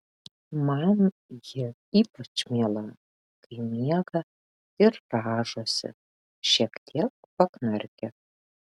man ji ypač miela kai miega ir rąžosi šiek tiek paknarkia